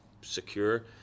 secure